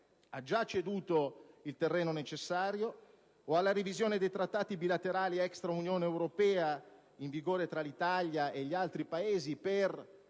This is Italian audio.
ha già ceduto il terreno necessario, o alla revisione dei trattati bilaterali extra Unione europea in vigore tra l'Italia e gli altri Paesi per